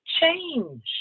change